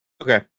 Okay